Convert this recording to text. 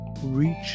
reach